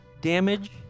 damage